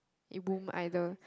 it womb either